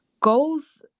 goals